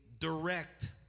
direct